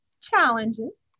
challenges